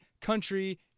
country